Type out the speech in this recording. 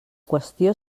qüestió